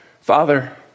Father